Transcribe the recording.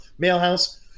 mailhouse